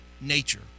nature